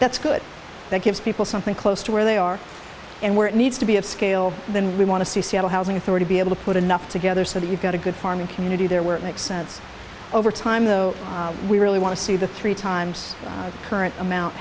that's good that gives people something close to where they are and where it needs to be of scale then we want to see seattle housing authority be able to put enough together so that you've got a good farming community there were it makes sense over time though we really want to see the three times current amount